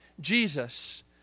Jesus